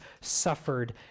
suffered